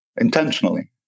intentionally